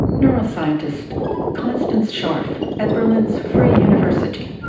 neuroscientist constance scharff at berlin's free university.